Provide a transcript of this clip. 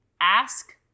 Ask